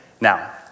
Now